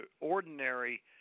ordinary